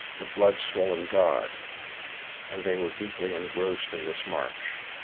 the blood-swollen god. and they were deeply engrossed in this march.